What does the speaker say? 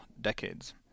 decades